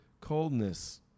coldness